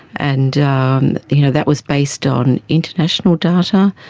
and um you know that was based on international data,